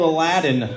Aladdin